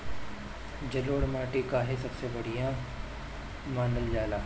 जलोड़ माटी काहे सबसे बढ़िया मानल जाला?